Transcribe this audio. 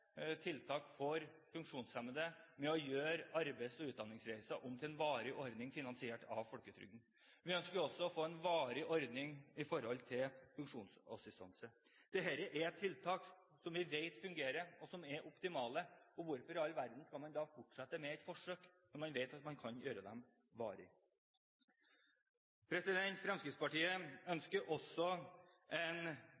tiltak for funksjonshemmede ved å gjøre arbeids- og utdanningsreiser om til en varig ordning finansiert av folketrygden. Vi ønsker også å få en varig ordning når det gjelder funksjonsassistanse. Dette er tiltak som vi vet fungerer, og som er optimale. Hvorfor i all verden skal man da fortsette med et forsøk, når man vet at man kan gjøre dem varige? Fremskrittspartiet